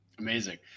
Amazing